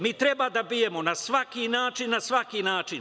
Mi treba da bijemo na svaki način, na svaki način“